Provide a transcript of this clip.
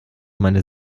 meine